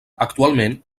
actualment